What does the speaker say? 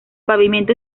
pavimento